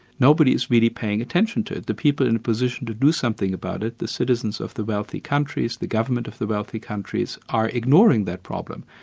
nobody is really paying attention to it. the people in a position to do something about it, the citizens of the wealthy countries, the government of the wealthy countries, are ignoring that problem,